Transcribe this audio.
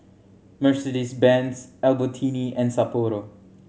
Mercedes Benz Albertini and Sapporo